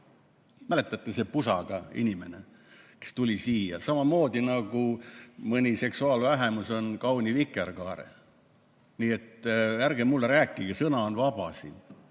mäletate, see pusaga inimene, kes tuli siia –, samamoodi nagu mõni seksuaalvähemus on [rüvetanud] kauni vikerkaare. Nii et ärge mulle rääkige, et sõna on siin